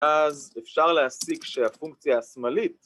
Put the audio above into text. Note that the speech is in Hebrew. ‫אז אפשר להסיק שהפונקציה השמאלית...